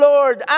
Lord